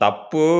Tapu